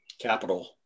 capital